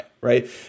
right